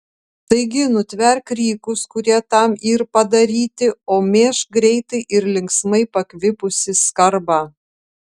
taigi nutverk rykus kurie tam yr padaryti o mėžk greitai ir linksmai pakvipusį skarbą